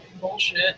bullshit